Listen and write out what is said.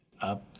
up